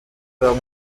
kandi